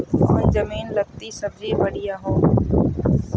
कौन जमीन लत्ती सब्जी बढ़िया हों?